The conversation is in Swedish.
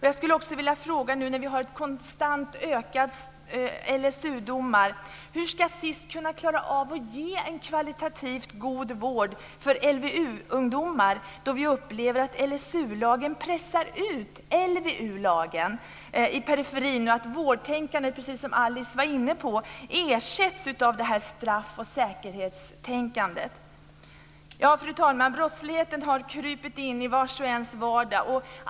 Jag skulle också vilja fråga, nu när vi har en konstant ökning av antalet LSU-domar: Hur ska SiS klara av att ge en kvalitativt god vård för LVU-ungdomar då vi upplever att LSU pressar ut LVU i periferin och att vårdtänkandet, precis som Alice var inne på, ersätts av straff och säkerhetstänkandet? Fru talman! Brottsligheten har krupit in i vars och en vardag.